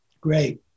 Great